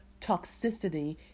toxicity